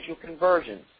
conversions